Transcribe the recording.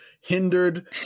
hindered